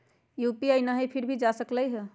UPI न हई फिर भी जा सकलई ह?